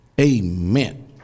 Amen